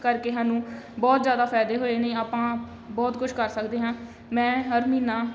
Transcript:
ਕਰਕੇ ਸਾਨੂੰ ਬਹੁਤ ਜ਼ਿਆਦਾ ਫਾਇਦੇ ਹੋਏ ਨੇ ਆਪਾਂ ਬਹੁਤ ਕੁਛ ਕਰ ਸਕਦੇ ਹਾਂ ਮੈਂ ਹਰ ਮਹੀਨਾ